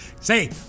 Say